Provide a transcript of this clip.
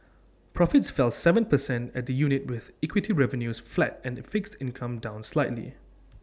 profits fell Seven percent at the unit with equity revenues flat and fixed income down slightly